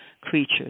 creature